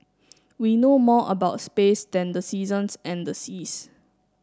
we know more about space than the seasons and the seas